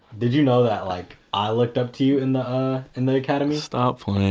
did you know that like i looked up to you in the in the academy? stop playing,